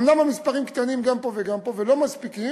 אומנם המספרים קטנים גם פה וגם פה ולא מספיקים,